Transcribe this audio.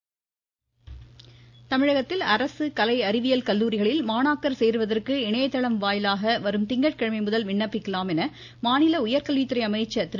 Asokan voice தமிழகத்தில் அரசு கலை அறிவியல் கல்லூரிகளில் மாணாக்கர் சேருவதற்கு இணையதளம் வாயிலாக வரும் திங்கட்கிழமை முதல் விண்ணப்பிக்கலாம் என மாநில உயர் கல்வித்துறை அமைச்சர் திரு